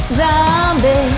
zombie